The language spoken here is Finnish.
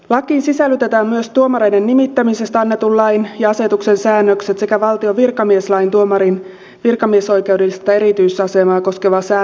lakiin sisällytetään myös tuomareiden nimittämisestä annetun lain ja asetuksen säännökset sekä valtion virkamieslain tuomarin virkamiesoikeudellista erityisasemaa koskeva sääntely